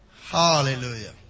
Hallelujah